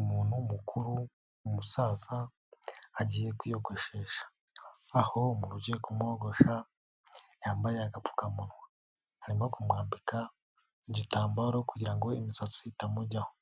Umuntu mukuru, umusaza agiye kwiyogoshesha aho mugiye kumwogosha yambaye agapfukamunwa arimo kumwambika igitambaro kugira ngo imisatsi itamujyaho,